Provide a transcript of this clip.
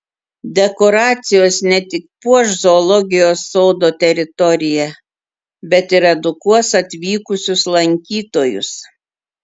dekoracijos ne tik puoš zoologijos sodo teritoriją bet ir edukuos atvykusius lankytojus